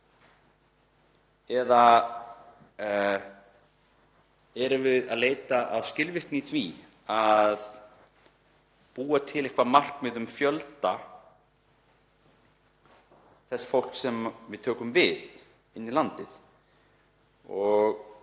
Eða erum við að leita að skilvirkni í því að búa til eitthvert markmið um fjölda þess fólks sem við tökum við inn í landið